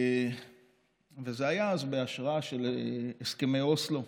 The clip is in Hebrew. זה היה אז בהשראת הסכמי אוסלו.